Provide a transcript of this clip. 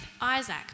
Isaac